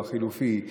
או החלופי,